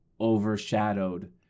overshadowed